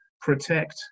protect